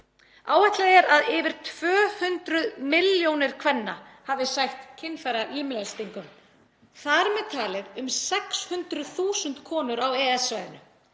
Áætlað er að yfir 200 milljónir kvenna hafi sætt kynfæralimlestingum, þar með talið um 600.000 konur á EES-svæðinu.